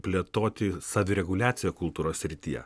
plėtoti savireguliaciją kultūros srityje